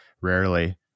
rarely